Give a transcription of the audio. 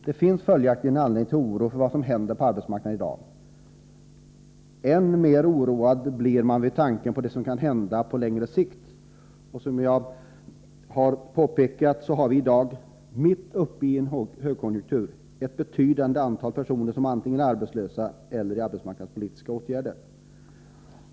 Det finns följaktligen anledning till oro över vad som händer på arbetsmarknaden i dag. Än mer oroad blir man vid tanken på vad som kan hända på längre sikt. Som jag har påpekat har vi i dag — mitt uppe i en högkonjunktur — ett betydande antal personer som antingen är arbetslösa eller föremål för arbetsmarknadspolitiska åtgärder.